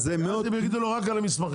אז הם יגידו לו רק על המסמכים.